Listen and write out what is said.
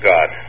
God